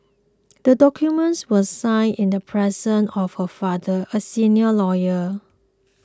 the document was signed in the presence of her father a senior lawyer